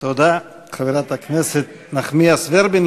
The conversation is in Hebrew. תודה, חברת הכנסת נחמיאס ורבין.